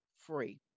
free